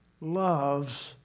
loves